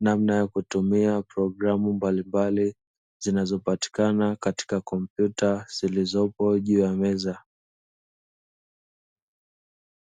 namna ya kutumia programu mbalimbali, zinazopatikana katika kompyuta zilizopo juu ya meza.